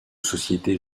société